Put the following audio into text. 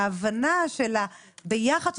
ההבנה שביחד,